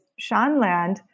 Shanland